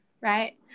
Right